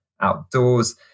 outdoors